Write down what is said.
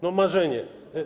No marzenie.